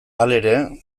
halere